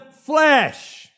flesh